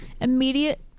immediate